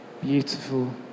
beautiful